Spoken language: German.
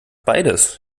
beides